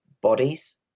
bodies